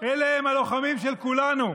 אלה הלוחמים של כולנו.